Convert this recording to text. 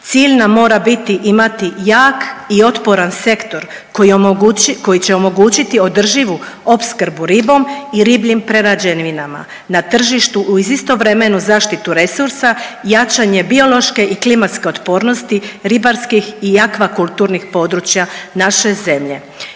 Cilj nam mora biti, imati jak i otporan sektor koji će omogućiti održivu opskrbu ribom i ribljim prerađevinama na tržištu uz istovremenu zaštitu resursa, jačanje biološke i klimatske otpornosti ribarskih i aquakulturnih područja naše zemlje.